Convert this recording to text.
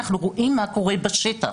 אנחנו רואים מה קורה בשטח.